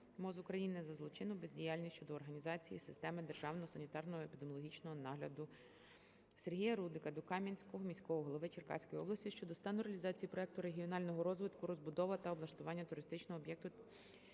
МОЗ України" за злочинну бездіяльність, щодо організації системи державного санітарно-епідеміологічного нагляду. Сергія Рудика до Кам'янського міського голови Черкаської області щодо стану реалізації проекту регіонального розвитку "Розбудова та облаштування туристичного об'єкту